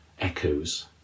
echoes